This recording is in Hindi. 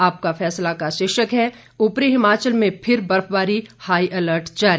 आपका फैसला का शीर्षक है ऊपरी हिमाचल में फिर बर्फबारी हाई अलर्ट जारी